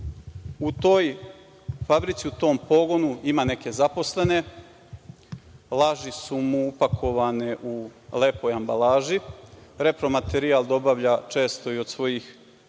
U toj fabrici, u tom pogonu ima neke zaposlene. Laži su mu upakovane u lepoj ambalaži, repromaterijal dobavlja često i od svojih